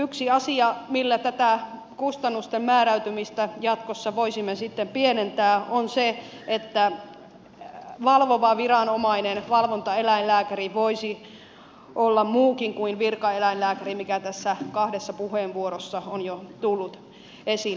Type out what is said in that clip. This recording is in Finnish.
yksi asia millä tätä kustannusten määräytymistä jatkossa voisimme sitten pienentää on se että valvova viranomainen valvontaeläinlääkäri voisi olla muukin kuin virkaeläinlääkäri mikä tässä kahdessa puheenvuorossa on jo tullut esille